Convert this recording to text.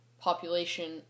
population